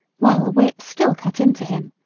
while the whip still cut into him.